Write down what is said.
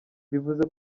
bivuze